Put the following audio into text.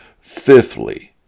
Fifthly